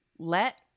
Let